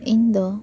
ᱤᱧᱫᱚ